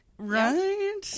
right